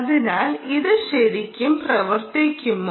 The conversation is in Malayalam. അതിനാൽ ഇത് ശരിക്കും പ്രവർത്തിക്കുമോ